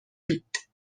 pit